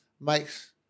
makes